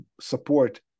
support